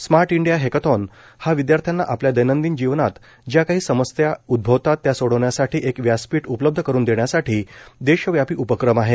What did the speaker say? smart India hackathon हा विद्यार्थ्यांना आपल्या दैनंदिन जीवनात ज्या काही समस्या उदभवतात त्या सोडवण्यासाठी एक व्यासपीठ उपलब्ध करून देण्यासाठी देशव्यापी उपक्रम आहे